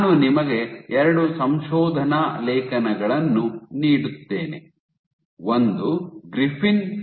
ನಾನು ನಿಮಗೆ ಎರಡು ಸಂಶೋಧನಾ ಲೇಖನಗಳನ್ನು ನೀಡುತ್ತೇನೆ ಒಂದು ಗ್ರಿಫಿನ್ Griffin et al